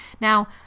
Now